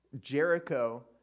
Jericho